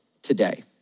today